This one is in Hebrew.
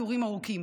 התורים ארוכים.